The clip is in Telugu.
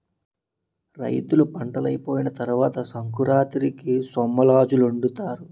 రైతులు పంటలైపోయిన తరవాత సంకురాతిరికి సొమ్మలజావొండుతారు